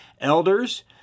Elders